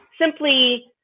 simply